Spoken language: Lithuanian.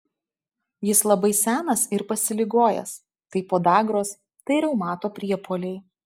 jis labai senas ir pasiligojęs tai podagros tai reumato priepuoliai